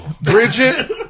Bridget